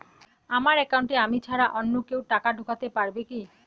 আমার একাউন্টে আমি ছাড়া অন্য কেউ টাকা ঢোকাতে পারবে কি?